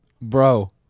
Bro